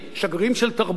שגרירים של תרבות,